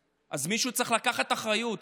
אז מישהו צריך לקחת אחריות,